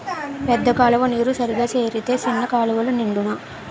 పెద్ద కాలువ నీరు సరిగా సేరితే సిన్న కాలువలు నిండునా